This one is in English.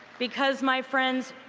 because, my friends,